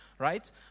right